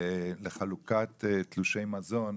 לחלוקת תלושי מזון,